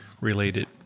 related